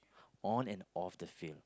on and off the field